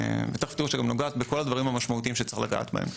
ותכף תראו שגם נוגעת בכל הדברים המשמעותיים שצריך לגעת בהם.